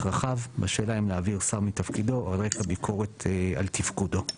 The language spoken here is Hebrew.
רחב בשאלה אם להעביר שר מתפקידו על רקע ביקורת על תפקודו.